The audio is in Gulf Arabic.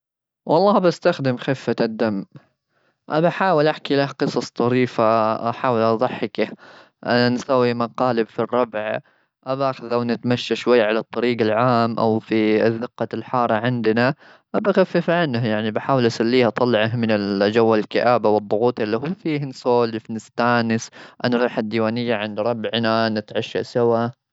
والله، أبا استخدم خفة الدم. أبا أحاول أحكي له قصص طريفة، أحاول أضحكه. أبا نسوي مقالب في الربع. أبا أخذه ونتمشى شوي على الطريق العام أو في اذقة الحارة عندنا. أبي أخفف عنه، يعني بحاول أسلية، أطلعه من جو الكآبة والضغوط اللي هو فيه. نسولف، نستأنس. أنا رايح الديوانية عند ربعنا نتعشى سوا.